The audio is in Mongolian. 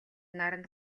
наранд